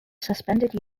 suspended